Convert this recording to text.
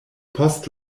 post